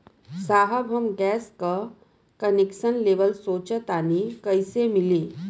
साहब हम गैस का कनेक्सन लेवल सोंचतानी कइसे मिली?